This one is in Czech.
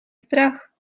strach